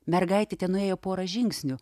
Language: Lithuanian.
mergaitė tenuėjo porą žingsnių